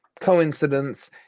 coincidence